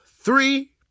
three